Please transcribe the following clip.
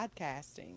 podcasting